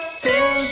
feels